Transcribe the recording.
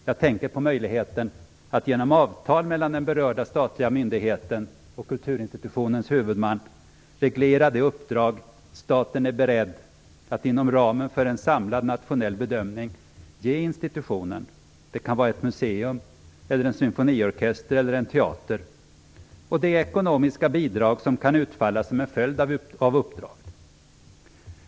Jag tänker på möjligheten att genom avtal mellan den berörda statliga myndigheten och kulturinstitutionens huvudman reglera det uppdrag staten är beredd att inom ramen för en samlad nationell bedömning ge institutionen - det kan vara ett museum, en symfoniorkester eller teater - och det ekonomiska bidrag som kan utfalla som en följd av uppdraget.